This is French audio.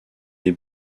des